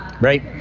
Right